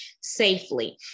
safely